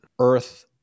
Earth